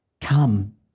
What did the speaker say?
come